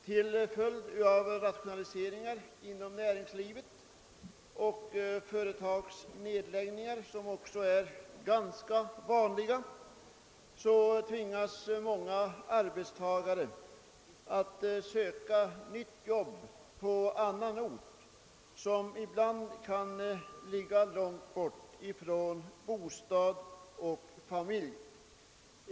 Till följd av rationaliseringar inom näringslivet och företagsnedlägg ningar som också är ganska vanliga tvingas många arbetstagare att söka nytt jobb på annan ort, som ibland kan ligga långt borta från bostad och familj.